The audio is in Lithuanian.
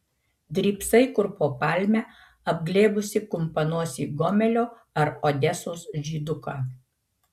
drybsai kur po palme apglėbusi kumpanosį gomelio ar odesos žyduką